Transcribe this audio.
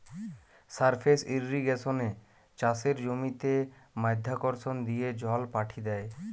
surface ইর্রিগেশনে চাষের জমিতে মাধ্যাকর্ষণ দিয়ে জল পাঠি দ্যায়